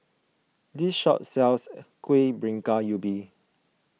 this shop sells Kueh Bingka Ubi